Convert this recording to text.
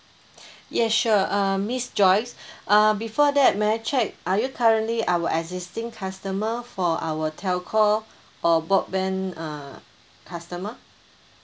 yes sure uh miss joyce uh before that may I check are you currently our existing customer for our telco or broadband uh customer